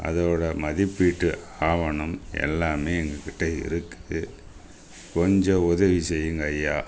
அதோடய மதிப்பீட்டு ஆவணம் எல்லாமே எங்கள்கிட்ட இருக்குது கொஞ்சம் உதவி செய்யுங்கள் ஐயா